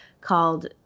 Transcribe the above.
called